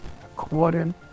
According